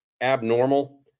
abnormal